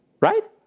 Right